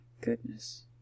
goodness